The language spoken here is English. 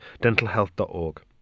dentalhealth.org